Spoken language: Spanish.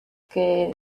que